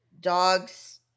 dogs